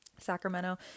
Sacramento